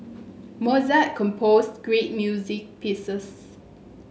Mozart composed great music pieces